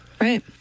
Right